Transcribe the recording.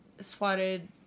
swatted